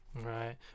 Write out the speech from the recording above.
Right